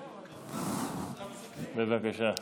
בבקשה.